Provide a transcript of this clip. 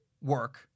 work